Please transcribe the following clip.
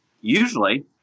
usually